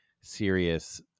serious